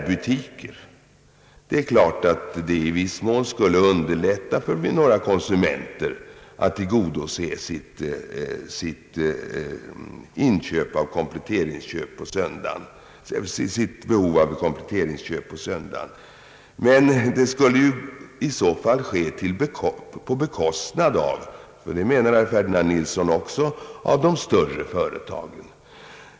I viss mån skulle detta givetvis underlätta för några konsumenter att tillgodose sitt behov av kompletteringsköp på söndagar, men det skulle i så fall ske på bekostnad av de större företagen; det avser också herr Nilsson.